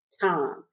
time